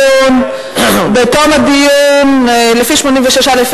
לפי 86(א),